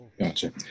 Gotcha